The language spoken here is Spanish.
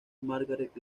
margaret